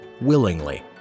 willingly